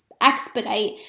expedite